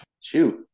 Shoot